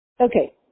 okay